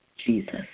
Jesus